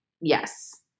Yes